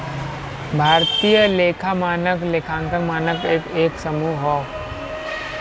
भारतीय लेखा मानक लेखांकन मानक क एक समूह हौ